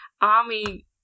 Army